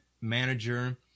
manager